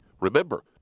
Remember